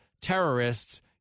terrorists